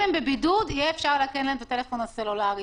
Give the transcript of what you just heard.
הם בבידוד יהיה אפשר לאכן להם את הטלפון הסלולארי.